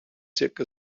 circa